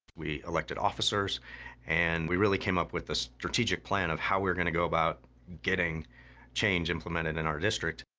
we elected officers and we really came up with a strategic plan of how we're gonna go about getting change implemented in our district.